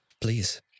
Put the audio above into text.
Please